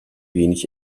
wenig